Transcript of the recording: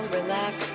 relax